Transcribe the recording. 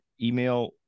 email